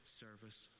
service